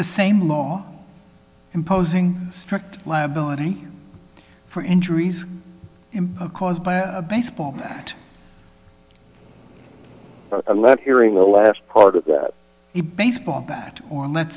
the same law imposing strict liability for injuries caused by a baseball bat let hearing the last part of a baseball bat or let's